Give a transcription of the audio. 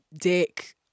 dick